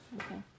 Okay